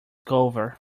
cover